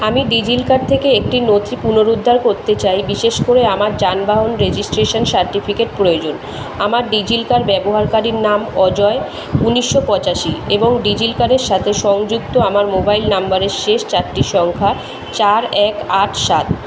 আমি ডিজিলকার থেকে একটি নথি পুনরুদ্ধার করতে চাই বিশেষ করে আমার যানবাহন রেজিস্ট্রেশন সার্টিফিকেট প্রয়োজন আমার ডিজিলকার ব্যবহারকারীর নাম অজয় উনিশশো পঁচাশি এবং ডিজিলকারের সাথে সংযুক্ত আমার মোবাইল নম্বরের শেষ চারটি সংখ্যা চার এক আট সাত